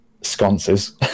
sconces